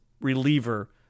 reliever